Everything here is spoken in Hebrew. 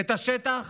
את השטח